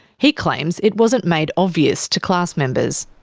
he claims it wasn't made obvious to class members.